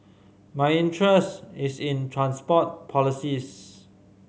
my interest is in transport policies